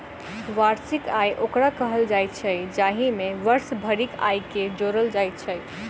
वार्षिक आय ओकरा कहल जाइत छै, जाहि मे वर्ष भरिक आयके जोड़ल जाइत छै